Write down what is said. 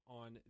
on